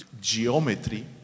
geometry